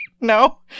No